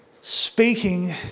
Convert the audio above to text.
speaking